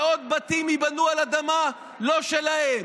שעוד בתים ייבנו על אדמה לא שלהם,